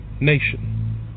nation